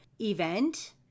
event